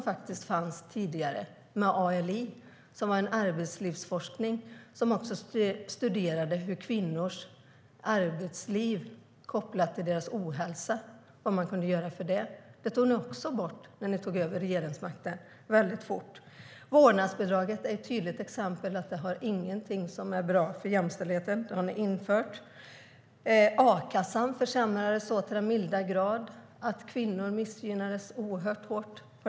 Forskare inom området arbetsliv studerade vad som kunde göras för kvinnors arbetsliv kopplat till deras ohälsa. Detta tog ni också bort när ni tog över regeringsmakten. Ni införde vårdnadsbidraget, och det är ett tydligt exempel på något som inte har varit bra för jämställdheten. A-kassan försämrades så till den milda grad att kvinnor missgynnades oerhört.